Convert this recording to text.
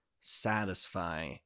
satisfy